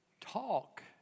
talk